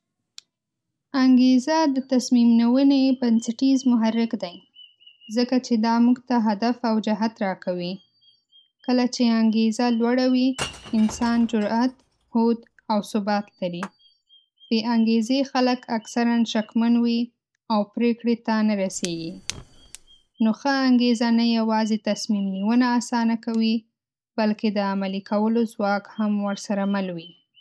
انګېزه د تصمیم نیونې بنسټیز محرک دی، ځکه چې دا موږ ته هدف او جهت راکوي. کله چې انګېزه لوړه وي، انسان جرئت، هوډ او ثبات لري. بې‌انګېزې خلک اکثراً شکمن وي او پرېکړې ته نه رسیږي. نو ښه انګېزه نه یوازې تصمیم نیونه اسانه کوي، بلکې د عملي کولو ځواک هم ورسره مل وي.